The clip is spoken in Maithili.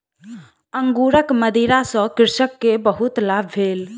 अंगूरक मदिरा सॅ कृषक के बहुत लाभ भेल